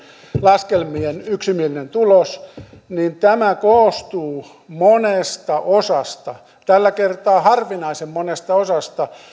laskelmien yksimielinen tulos koostuu monesta osasta tällä kertaa harvinaisen monesta osasta